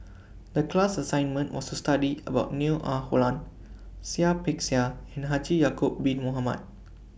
The class assignment was to study about Neo Ah Luan Seah Peck Seah and Haji Ya'Acob Bin Mohamed